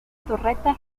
torreta